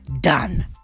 done